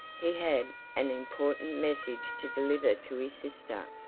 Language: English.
he had an important message to deliver to his sister,